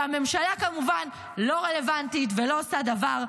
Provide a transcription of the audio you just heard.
והממשלה כמובן לא רלוונטית ולא עושה דבר.